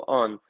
on